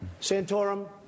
Santorum